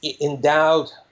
endowed